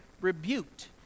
rebuked